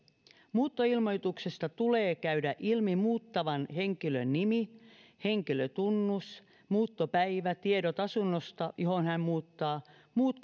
muuttoilmoituksesta tulee käydä ilmi muuttavan henkilön nimi henkilötunnus muuttopäivä tiedot asunnosta johon hän muuttaa muut